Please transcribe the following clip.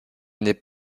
n’est